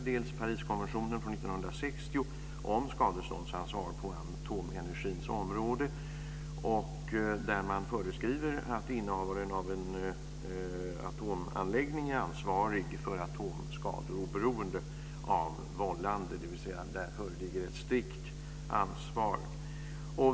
Det är först Pariskonventionen från 1960 om skadeståndsansvar på atomenergins område, där man föreskriver att innehavaren av en atomanläggning är ansvarig för atomskador oberoende av vållande, dvs. där föreligger ett strikt ansvar.